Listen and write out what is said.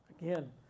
Again